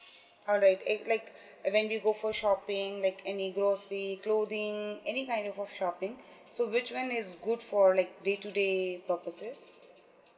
all right and like when you go for shopping like any grocery clothing any kind of shopping so which one is good for like day to day purposes